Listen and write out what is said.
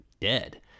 dead